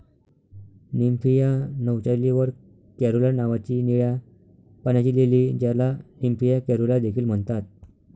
Nymphaea नौचाली वर caerulea नावाची निळ्या पाण्याची लिली, ज्याला निम्फिया कॅरुला देखील म्हणतात